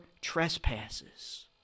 trespasses